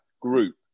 group